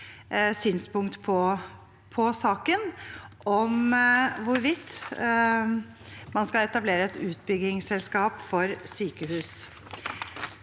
synspunkter på saken om hvorvidt man skal etablere et utbyggingsselskap for sykehus.